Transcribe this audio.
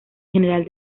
general